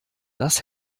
das